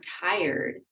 tired